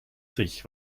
sich